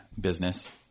business